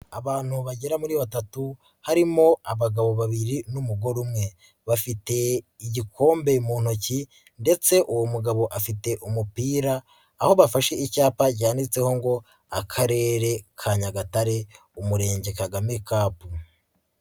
Abantu bagera kuri batatu harimo abagabo babiri n'umugore umwe, bafite igikombe mu ntoki ndetse uwo mugabo afite umupira aho bafashe icyapa cyanitseho ngo Akarere ka Nyagatare, Umurenge Kagame Cup.